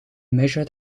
measure